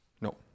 No